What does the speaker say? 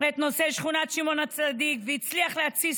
את נושא שכונת שמעון הצדיק והצליח להתסיס